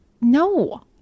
no